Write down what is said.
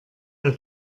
der